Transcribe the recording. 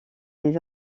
les